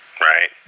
right